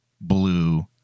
blue